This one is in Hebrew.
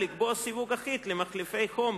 לקבוע סיווג אחיד למחליפי חום,